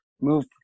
move